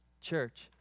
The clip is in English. Church